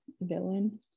villain